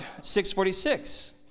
6.46